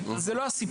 זה לא תמיד.